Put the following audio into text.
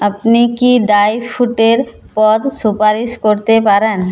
আপনি কি ড্রাই ফ্রুটের পদ সুপারিশ করতে পারেন